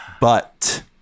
but-